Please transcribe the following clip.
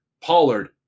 Pollard